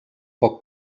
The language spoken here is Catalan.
poc